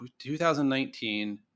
2019